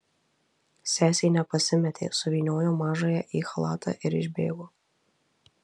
sesė nepasimėtė suvyniojo mažąją į chalatą ir išbėgo